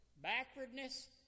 backwardness